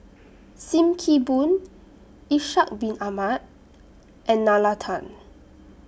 SIM Kee Boon Ishak Bin Ahmad and Nalla Tan